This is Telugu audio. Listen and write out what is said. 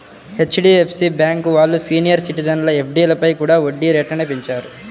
హెచ్.డి.ఎఫ్.సి బ్యేంకు వాళ్ళు సీనియర్ సిటిజన్ల ఎఫ్డీలపై కూడా వడ్డీ రేట్లను పెంచారు